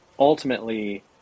Ultimately